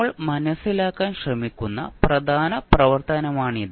നമ്മൾ മനസിലാക്കാൻ ശ്രമിക്കുന്ന പ്രധാന പ്രവർത്തനമാണിത്